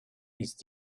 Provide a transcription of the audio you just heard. ist